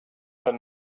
but